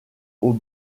aux